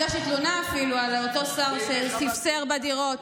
הגשתי תלונה אפילו על אותו שר שספסר בדירות.